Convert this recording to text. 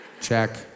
Check